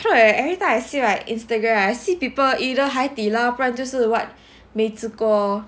cannot leh every time I see like Instagram right I see people either Hai Di Lao or 美滋锅